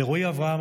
לרועי אברהם,